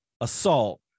Assault